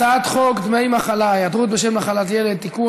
הצעת חוק דמי מחלה (היעדרות בשל מחלת ילד) (תיקון,